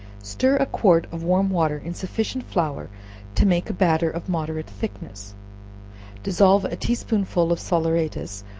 stir a quart of warm water in sufficient flour to make a batter of moderate thickness dissolve a tea-spoonful of salaeratus,